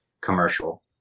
commercial